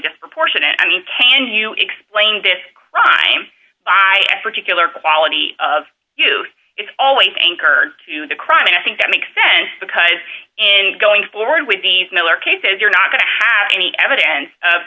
disproportionate i mean can you explain this crime by a particular quality of you it's always anchored to the crime and i think that makes sense because in going forward with these miller cases you're not going to have any evidence of